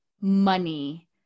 money